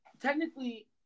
technically